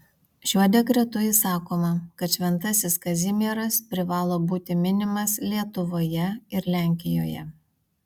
šiuo dekretu įsakoma kad šventasis kazimieras privalo būti minimas lietuvoje ir lenkijoje